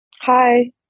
hi